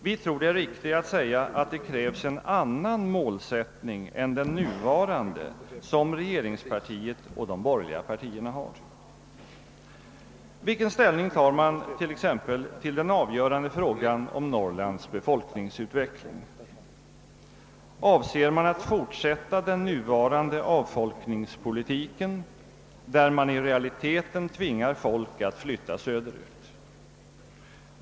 Vi tror det är riktigare att säga att det krävs en annan målsättning än den nuvarande som regeringspartiet och de borgerliga partierna har. Vilken ställning tar man exempelvis till den avgörande frågan om Norrlands befolkningsutveckling? Avser man att fortsätta den nuvarande avfolkningspolitiken, som innebär att man i realiteten tvingar folk att flytta söderut?